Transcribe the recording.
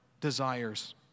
desires